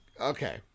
Okay